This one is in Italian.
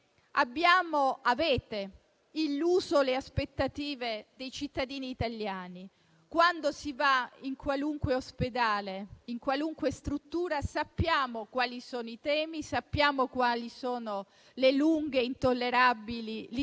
che avete illuso i cittadini italiani. Quando si va in qualunque ospedale, in qualunque struttura, sappiamo quali sono i temi, sappiamo quali sono le lunghe ed intollerabili liste